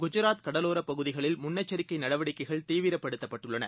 குஜராத் கடலோரப் பகுதிகளில் முன்னெச்சரிக்கைநடவடிக்கைகள் தீவிரப்படுத்தப்பட்டுஉள்ளன